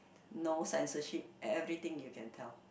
no censorship everything you can tell